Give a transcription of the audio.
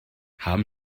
haben